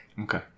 Okay